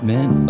Men